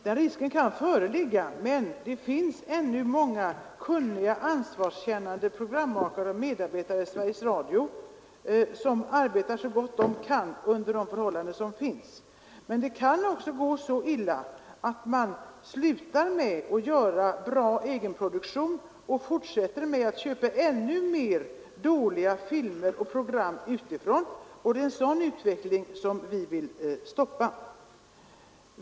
Den risken kan föreligga, men det finns ännu många kunniga, ansvarskännande programmakare och medarbetare vid Sveriges Radio som arbetar så gott de kan under de förhållanden som råder. Det kan emellertid också gå så illa att man slutar göra bra egenprodukter och köper ännu fler dåliga filmer och andra program utifrån. Det är en sådan utveckling som vi vill stoppa.